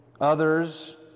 Others